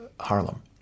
Harlem